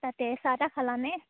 তাতে চাহ তাহ খালানে